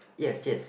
yes yes